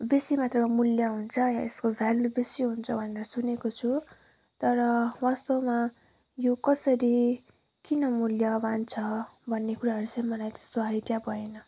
बेसी मात्रामा मूल्य हुन्छ यसको भ्याल्यू बेसी हुन्छ भनेर सुनेको छु तर वास्तवमा यो कसरी किन मूल्यवान छ भन्ने कुराहरू चाहिँ मलाई त्यस्तो आइडिया भएन